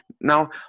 Now